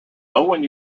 owen